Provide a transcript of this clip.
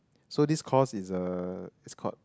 so this course is uh it's called